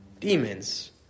demons